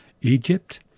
Egypt